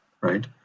right